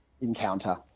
encounter